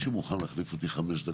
מישהו מוכן להחליף אותי חמש דקות?